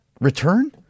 return